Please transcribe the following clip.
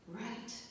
right